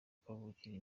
kavukire